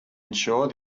ensure